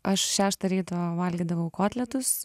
aš šeštą ryto valgydavau kotletus